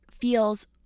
feels